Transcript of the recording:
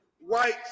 white